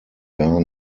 gar